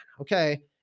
okay